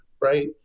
right